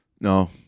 no